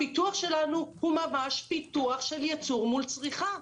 הפיתוח שלנו הוא ממש פיתוח של ייצור מול צריכה.